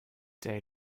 day